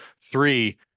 Three